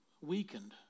weakened